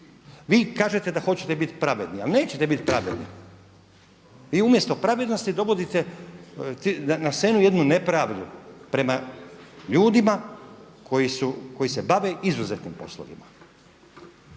Vi kažete da hoćete biti pravedni ali nećete biti pravedni. Vi umjesto pravednosti dovodite na scenu jednu nepravdu prema ljudima koji se bave izuzetnim poslovima.